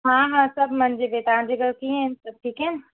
हा हा सभु मज़े में तव्हांजे घरु कीअं आहिनि सभु ठीकु आहिनि